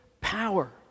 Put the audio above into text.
power